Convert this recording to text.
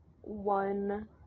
one